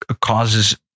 causes